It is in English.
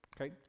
Okay